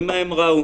ומה הן ראו?